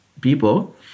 people